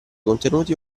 contenuti